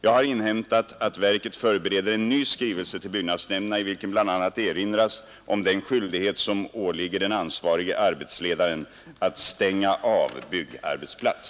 Jag har inhämtat att verket förbereder en ny skrivelse till byggnadsnämnderna i vilken bl.a. erinras om den skyldighet som åligger den ansvarige arbetsledaren att stänga av byggarbetsplats.